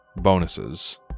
bonuses